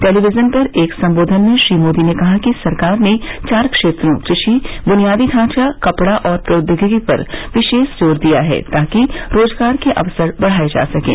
television पर एक संबोघन में श्री मोदी ने कहा कि सरकार ने चार क्षेत्रों कृषि बुनियादी ढ़ांचा कपड़ा और प्रौद्योगिकी पर विशेष जोर दिया है ताकि रोजगार के अवसर बढ़ाए जा सकें